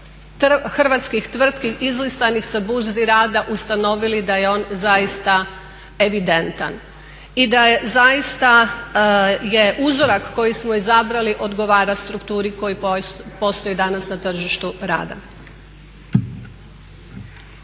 hrvatskih tvrtki izlistanih sa burzi rada ustanovili da je on zaista evidentan. I da je zaista, je uzorak koji smo izabrali odgovara strukturi koja postoji danas na tržištu rada. **Stazić,